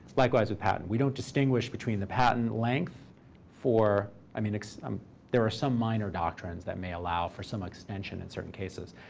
likewise with patent. we don't distinguish between the patent length for i mean um there are some minor doctrines that may allow for some extension, in certain cases.